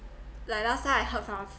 like last time I heard from